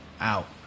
out